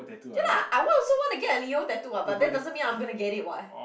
ya lah I want also want get a Leo tattoo what but doesn't mean I'm gonna get it [what]